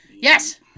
Yes